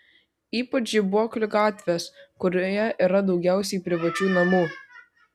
ypač žibuoklių gatvės kurioje yra daugiausiai privačių namų